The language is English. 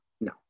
No